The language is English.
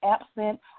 absent